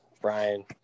Brian